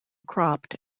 cropped